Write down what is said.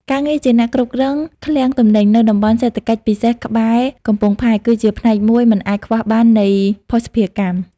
ការងារជាអ្នកគ្រប់គ្រងឃ្លាំងទំនិញ នៅតំបន់សេដ្ឋកិច្ចពិសេសក្បែរកំពង់ផែ គឺជាផ្នែកមួយមិនអាចខ្វះបាននៃភស្តុភារកម្ម។